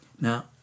Now